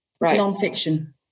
non-fiction